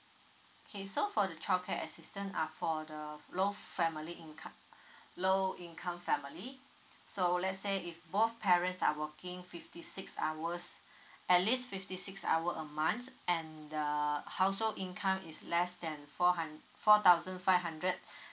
okay so for the childcare assistant are for the low family income low income family so let's say if both parents are working fifty six hours at least fifty six hour a month and the household income is less than four hun~ four thousand five hundred